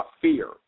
fear